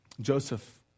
Joseph